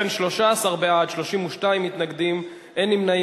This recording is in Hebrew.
מי נמנע?